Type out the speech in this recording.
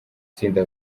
tsinda